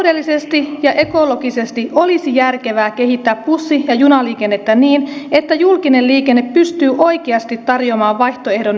taloudellisesti ja ekologisesti olisi järkevää kehittää bussi ja junaliikennettä niin että julkinen liikenne pystyy oikeasti tarjoamaan vaihtoehdon yksi tyisautoilulle